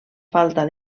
falta